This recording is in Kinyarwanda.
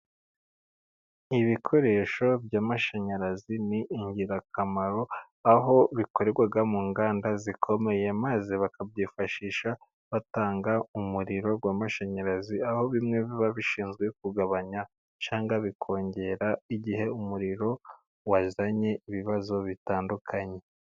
Ibikoresho by'amashanyarazi ni ingirakamaro aho bikorerwa mu nganda zikomeye maze bakabyifashisha batanga umuriro w'amashanyarazi, aho bimwe biba bishinzwe kugabanya cyangwa bikongera igihe umuriro wazanye ibibazo bitandukanye.